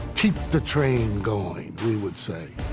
keep the train going, we would say.